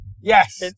Yes